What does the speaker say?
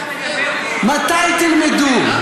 מתי תלמדו?